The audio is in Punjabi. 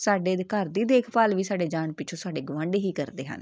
ਸਾਡੇ ਦੇ ਘਰ ਦੀ ਦੇਖਭਾਲ ਵੀ ਸਾਡੇ ਜਾਣ ਪਿੱਛੋਂ ਸਾਡੇ ਗੁਆਂਢੀ ਹੀ ਕਰਦੇ ਹਨ